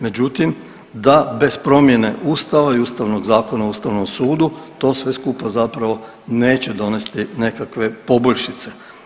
Međutim da bez promjene Ustava i Ustavnog zakona o Ustavnom sudu to sve skupa zapravo neće donesti nekakve poboljšice.